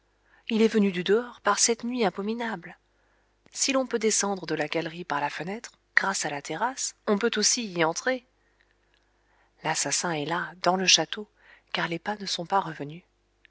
il est venu du dehors par cette nuit abominable si l'on peut descendre de la galerie par la fenêtre grâce à la terrasse on peut aussi y entrer l'assassin est là dans le château car les pas ne sont pas revenus